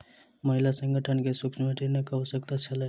महिला संगठन के सूक्ष्म ऋणक आवश्यकता छल